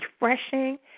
refreshing